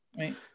Right